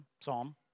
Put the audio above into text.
psalm